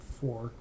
four